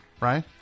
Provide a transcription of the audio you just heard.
Right